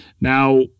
Now